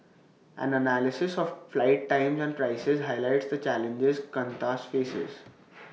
an analysis of flight times and prices highlights the challenges Qantas faces